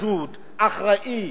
מדוד, אחראי,